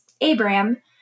Abraham